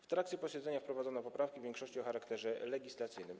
W trakcie posiedzenia wprowadzono poprawki, w większości o charakterze legislacyjnym.